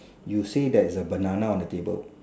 you say there's a banana on the table